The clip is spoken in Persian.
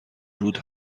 رود